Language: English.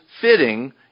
fitting